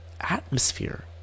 atmosphere